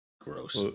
gross